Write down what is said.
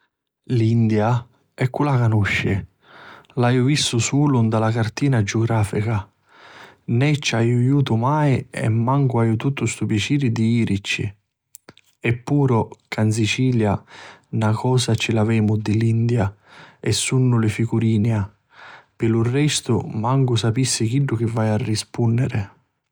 L'India? E cui la canusci. L'haiu vistu sulu nta la cartina giugrafica. Nè ci haiu jutu mai e mancu haiu tuttu stu piaciri di jirici. Eppuru cca ìn Sicilia na cosa ci l'avemu di l'India e sunnu li ficurinia. Pi lu restu mancu sapissi chiddu chi vaiu a rispunniri.